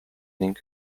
ning